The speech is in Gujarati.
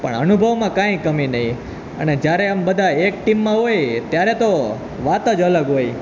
પણ અનુભવમાં કાંઇ કમી નહીં અને જ્યારે અમે બધાં એક ટીમમાં હોઈએ ત્યારે તો વાત જ અલગ હોય